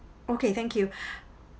okay thank you